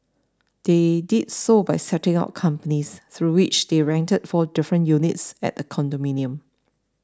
they did so by setting up companies through which they rented four different units at the condominium